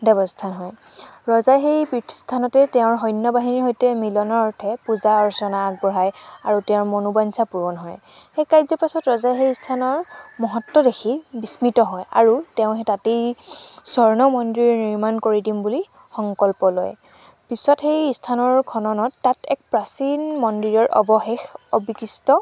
দেৱস্থান হয় ৰজাই সেই পীঠস্থানতে তেওঁৰ সৈন্যবাহিনীৰ সৈতে মিলনাৰ্থে পূজা অৰ্চনা আগবঢ়ায় আৰু তেওঁৰ মনোবাঞ্ছা পূৰণ হয় সেই কাৰ্যৰ পাছতে ৰজাই সেই স্থানৰ মহত্ব দেখি বিস্মিত হয় আৰু তেওঁ সেই তাতেই স্বৰ্ণ মন্দিৰ নিৰ্মাণ কৰি দিম বুলি সংকল্প লয় পিছত সেই স্থানৰ খননত তাত এক প্ৰাচীন মন্দিৰৰ অৱশেষ অৱশিষ্ট